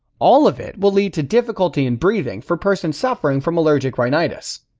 all of it will lead to difficulty in breathing for person suffering from allergic rhinitis.